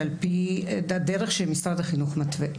ועל-פי הדרך שמשרד החינוך מתווה.